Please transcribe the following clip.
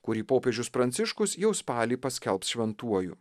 kurį popiežius pranciškus jau spalį paskelbs šventuoju